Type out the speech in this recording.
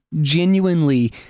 genuinely